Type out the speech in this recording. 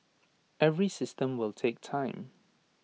every system will take time